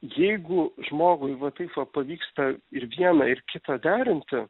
jeigu žmogui va taip va pavyksta ir viena ir kita derinti